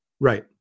Right